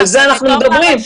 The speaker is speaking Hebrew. על זה אנחנו מדברים.